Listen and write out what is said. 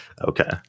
Okay